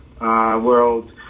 world